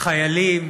חיילים